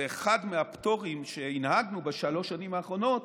זה אחד הפטורים שהנהגנו בשלוש שנים האחרונות